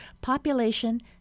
population